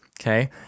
okay